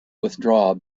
withdraw